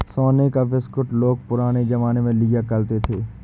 सोने का बिस्कुट लोग पुराने जमाने में लिया करते थे